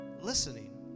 listening